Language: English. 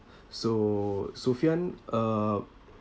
so sophian uh